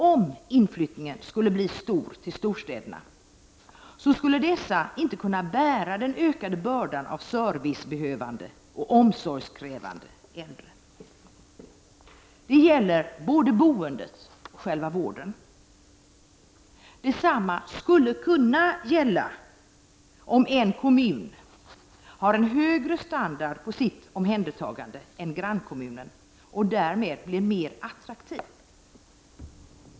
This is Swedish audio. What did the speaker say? Om inflyttningen till storstäderna skulle bli stor, skulle dessa inte kunna bära den ökande bördan av servicebehövande och omsorgskrävande äldre. Det gäller både boendet och själva vården. Detsamma skulle kunna gälla om en kommun har en högre standard på sitt omhändertagande än grannkommunen och därmed blir mer attraktiv.